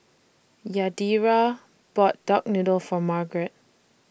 Yadira bought Duck Noodle For Margrett